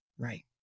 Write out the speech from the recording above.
Right